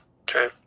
okay